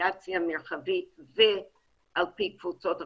בדיפרנציאציה מרחבית ועל פי קבוצות אוכלוסייה,